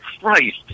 Christ